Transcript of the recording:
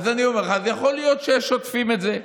אז אני אומר לך, זה יכול להיות ששוטפים את זה.